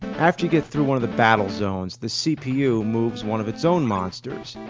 after you get through one of the battle zones, the cpu moves one of its own monsters.